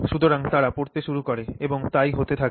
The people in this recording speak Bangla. সুতরাং তারা পড়তে শুরু করে এবং তাই হতে থাকে